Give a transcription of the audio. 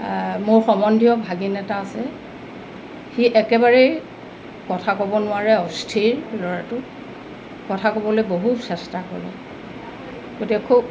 মোৰ সম্বন্ধীয় ভাগিন এটা আছে সি একেবাৰেই কথা ক'ব নোৱাৰে অস্থিৰ ল'ৰাটো কথা ক'বলৈ বহু চেষ্টা কৰে গতিকে খুব